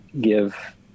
give